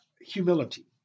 humility